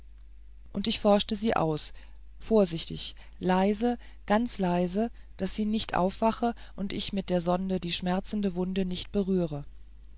und ich forschte sie aus vorsichtig leise ganz leise daß sie nicht aufwache und ich mit der sonde die schmerzende wunde nicht berühre